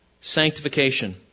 sanctification